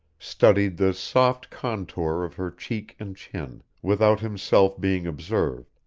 studied the soft contour of her cheek and chin, without himself being observed,